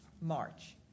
March